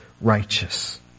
righteous